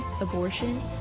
abortion